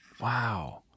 Wow